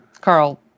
Carl